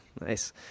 Nice